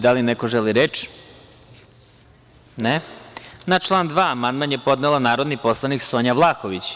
Da li neko želi reč? (Ne.) Na član 2. amandman je podnela narodna poslanica Sonja Vlahović.